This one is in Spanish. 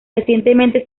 recientemente